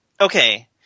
Okay